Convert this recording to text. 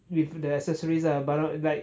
with the accessories ah barang like